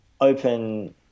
open